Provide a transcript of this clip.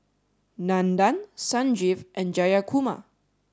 Nandan Sanjeev and Jayakumar